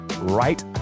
right